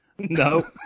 No